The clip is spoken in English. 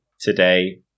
today